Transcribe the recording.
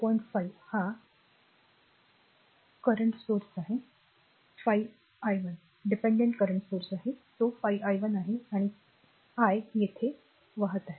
5 हा current source आहे 5 i 1 dependent current source आहे तो 5 i 1 आहे आणि I येथे वाहतो